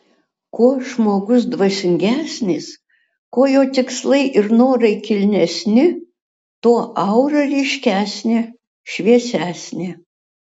kuo žmogus dvasingesnis kuo jo tikslai ir norai kilnesni tuo aura ryškesnė šviesesnė